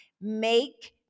make